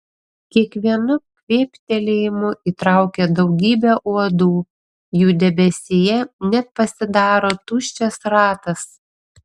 kiekvienu kvėptelėjimu įtraukia daugybę uodų jų debesyje net pasidaro tuščias ratas